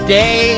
day